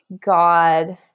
God